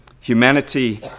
humanity